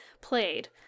played